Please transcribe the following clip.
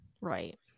Right